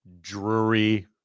Drury